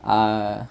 uh